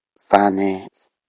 finance